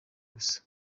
gusa